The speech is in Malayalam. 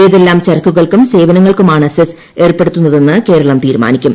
ഏതെല്ലാം ചരക്കുകൾക്കും സേവനങ്ങൾക്കുമാണ് സെസ് ഏർപ്പെടുത്തുന്നതെന്ന് കേരളം തീരുമാനിക്കും